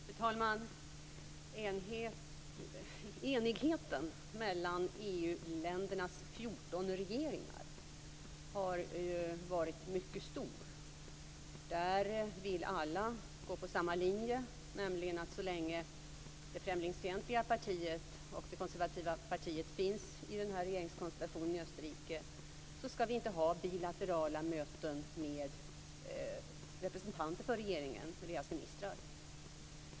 Fru talman! Enigheten mellan EU-ländernas 14 regeringar har varit mycket stor. Där vill alla gå på samma linje, nämligen att så länge det främlingsfientliga och konservativa partiet finns med i regeringskonstellationen i Österrike ska vi inte ha bilaterala möten med representanter för regeringen, alltså med ministrarna.